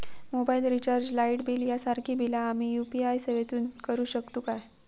Mobile recharge, light bill यांसारखी बिला आम्ही यू.पी.आय सेवेतून करू शकतू काय?